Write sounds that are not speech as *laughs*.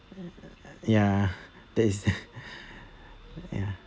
ya that is *laughs* ya